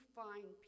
find